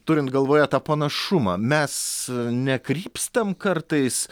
turint galvoje tą panašumą mes nekrypstam kartais